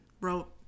wrote